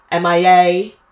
MIA